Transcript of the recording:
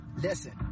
Listen